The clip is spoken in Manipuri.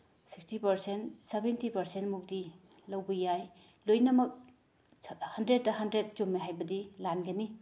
ꯁꯤꯛꯁꯇꯤ ꯄꯥꯔꯁꯦꯟ ꯁꯕꯦꯟꯇꯤ ꯄꯥꯔꯁꯦꯟ ꯃꯨꯛꯇꯤ ꯂꯧꯕ ꯌꯥꯏ ꯂꯣꯏꯅꯃꯛ ꯍꯟꯗ꯭ꯔꯦꯗꯇ ꯍꯟꯗ꯭ꯔꯦꯗ ꯆꯨꯝꯃꯤ ꯍꯥꯏꯕꯗꯤ ꯂꯥꯟꯒꯅꯤ